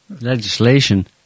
Legislation